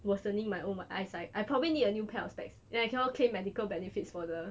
worsening my own eyesight I probably need a new pair of specs then I cannot claim medical benefits for the